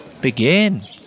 begin